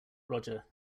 roger